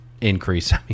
increase